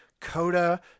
Coda